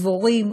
דבורים,